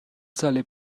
سال